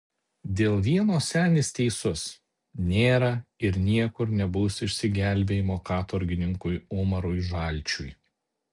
dėl vieno senis teisus nėra ir niekur nebus išsigelbėjimo katorgininkui umarui žalčiui